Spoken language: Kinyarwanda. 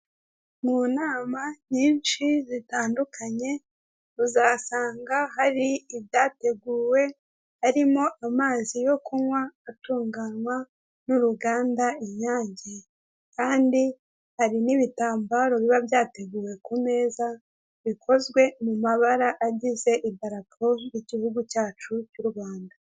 Mu nama nyinshi zitandukanye uzasanga hari ibyateguwe harimo amazi yo kunywa atunganywa n'uruganda Inyange. Kandi hari n'ibitambaro biba byateguwe ku meza bikozwe mu mabara agize idarapo ry'igihugu cyacu cy'u Rwanda.